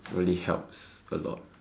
really helps a lot